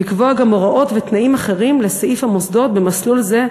לקבוע גם הוראות ותנאים אחרים לסעיף המוסדות במסלול זה,